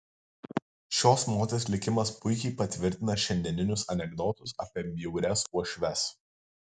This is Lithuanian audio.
šios moters likimas puikiai patvirtina šiandieninius anekdotus apie bjaurias uošves